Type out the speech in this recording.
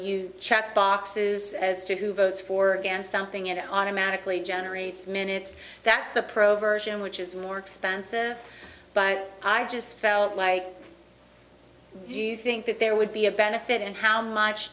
you check boxes as to who votes for against something it automatically generates minutes that's the pro version which is more expensive but i just felt like do you think that there would be a benefit in how much